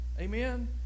Amen